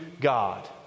God